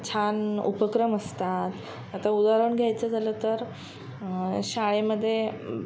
छान उपक्रम असतात आता उदाहरण घ्यायचं झालं तर शाळेमध्ये